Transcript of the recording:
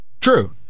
True